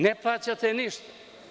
Ne plaćate ništa.